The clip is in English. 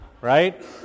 right